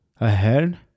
ahead